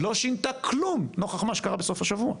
לא שינתה כלום נוכח מה שקרה בסוף השבוע,